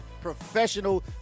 professional